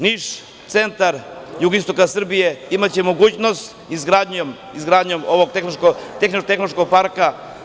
Niš, centar jugoistoka Srbije, imaće mogućnost izgradnjom ovog tehnološkog parka.